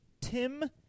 Tim